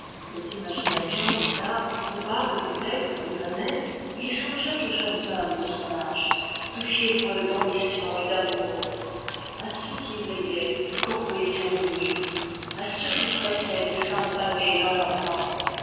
des imaginations bizarres coupables peut-être lui venaient il songeait aux jeunes hommes de son âge tout fiévreux d'ambition et d'amour à ceux qui veillaient courbés sur des livres à ceux qui pressaient des femmes pâmées dans leur bras